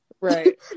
right